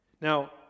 Now